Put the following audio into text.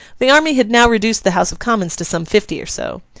the army had now reduced the house of commons to some fifty or so.